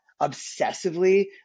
obsessively